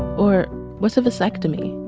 or what's a vasectomy?